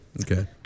Okay